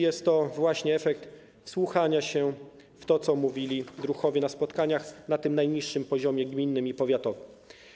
Jest to właśnie efekt wsłuchania się w to, co mówili druhowie na spotkaniach na tym najniższym poziomie gminnym i powiatowym.